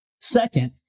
Second